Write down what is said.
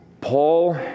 Paul